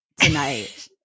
tonight